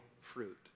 fruit